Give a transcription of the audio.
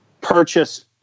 purchase